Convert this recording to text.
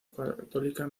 católica